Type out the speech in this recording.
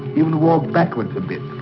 even walk backwards a bit.